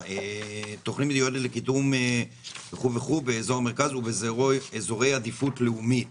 תוכנית לקידום וכו' באזור המרכז ובאזורי עדיפות לאומית.